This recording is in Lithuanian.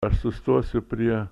aš sustosiu prie